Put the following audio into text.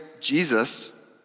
Jesus